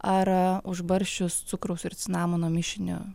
ar užbarsčius cukraus ir cinamono mišiniu